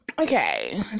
Okay